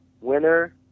winner